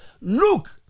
look